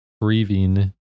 grieving